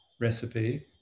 recipe